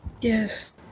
Yes